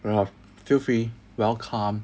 feel free welcome